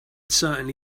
certainly